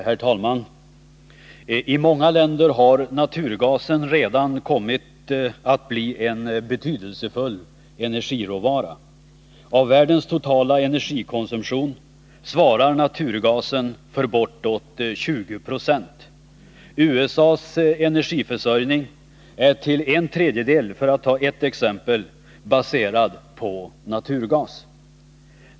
Herr talman! I många länder har naturgasen redan kommit att bli en betydelsefull energiråvara. Av världens totala energikonsumtion svarar naturgasen för bortåt 20 26. USA:s energiförsörjning, för att ta ett exempel, är till en tredjedel baserad på naturgas.